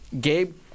Gabe